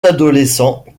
adolescents